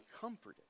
comforted